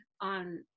on